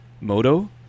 Moto